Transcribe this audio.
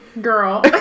girl